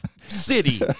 city